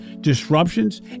disruptions